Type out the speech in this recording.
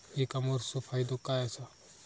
E कॉमर्सचो फायदो काय असा?